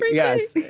yes.